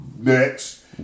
next